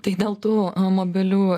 tai dėl tų mobilių